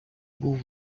був